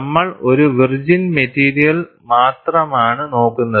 നമ്മൾ ഒരു virgin material മാത്രമാണ് നോക്കുന്നത്